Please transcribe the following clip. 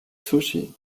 sushi